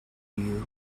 you